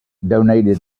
donated